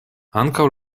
ankaŭ